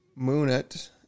Moonit